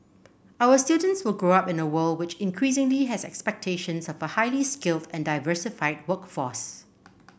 our students will grow up in a world which increasingly has expectations of a highly skilled and diversified workforce